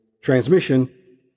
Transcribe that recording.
transmission